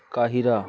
Cairo